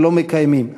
ולא מקיימים.